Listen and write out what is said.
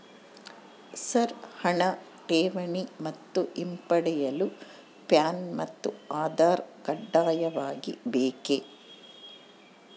Sir ಹಣ ಠೇವಣಿ ಮತ್ತು ಹಿಂಪಡೆಯಲು ಪ್ಯಾನ್ ಮತ್ತು ಆಧಾರ್ ಕಡ್ಡಾಯವಾಗಿ ಬೇಕೆ?